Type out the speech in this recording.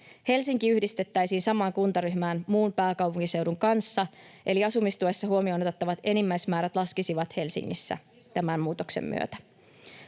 Helsinki yhdistettäisiin samaan kuntaryhmään muun pääkaupunkiseudun kanssa, eli asumistuessa huomioon otettavat enimmäismäärät laskisivat Helsingissä tämän muutoksen myötä.